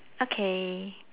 okay